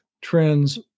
trends